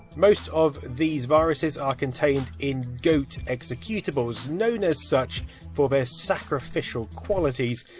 most of these viruses are contained in goat executables, known as such for their sacrificial qualities,